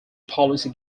policy